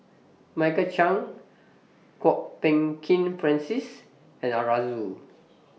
Michael Chiang Kwok Peng Kin Francis and Arasu